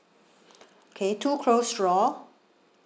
okay two coleslaw